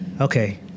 Okay